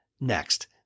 next